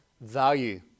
value